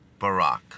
Barack